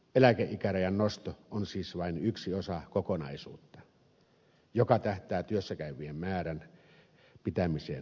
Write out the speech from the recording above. eläkeikärajan nosto on siis vain yksi osa kokonaisuutta joka tähtää työssäkäyvien määrän pitämiseen tarvitulla tasolla